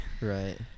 Right